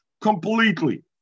completely